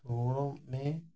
ଷୋହଳ ମେ'